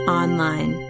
online